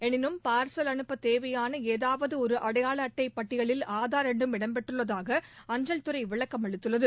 எனினும் பாா்சல் அனுப்ப தேவையான ஏதாவது ஒரு அடையாள அட்டை பட்டியலில் ஆதாா் எண்ணும் இடம்பெற்றுள்ளதாக அஞ்சல் துறை விளக்கமளித்துள்ளது